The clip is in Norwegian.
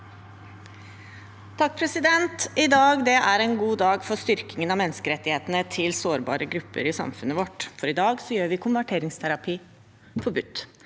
(Sp) Dette er en god dag for styrkingen av menneskerettighetene til sårbare grupper i samfunnet vårt, for i dag gjør vi konverteringsterapi forbudt.